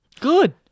Good